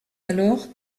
alors